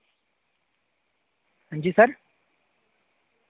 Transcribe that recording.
हांजी सर